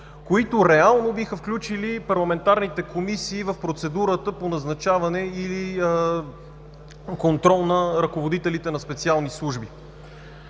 които реално биха включили парламентарните комисии в процедурата по назначаване или контрол на ръководителите на специални служби.